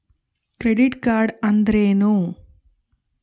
Credit card ಅಂದ್ರೇನು?